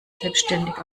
selbstständig